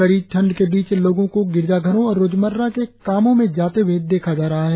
कड़ी ठण्ड के बीच लोगों को गिरिजाघरों और रोजमर्रा के कामों के लिए जाते हुए देखा जा रहा है